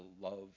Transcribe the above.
love